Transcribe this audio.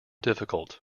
difficult